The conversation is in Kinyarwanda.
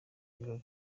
birori